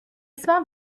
small